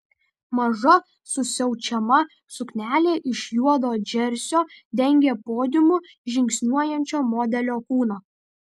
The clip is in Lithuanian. maža susiaučiama suknelė iš juodo džersio dengė podiumu žingsniuojančio modelio kūną